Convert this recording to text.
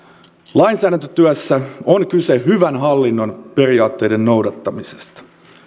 lainsäädäntötyössä on kyse hyvän hallinnon periaatteiden noudattamisesta